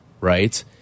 right